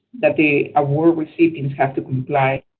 that the award recipients have to comply.